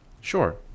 Sure